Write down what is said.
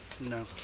No